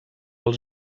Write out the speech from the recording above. els